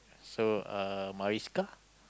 so uh Marisca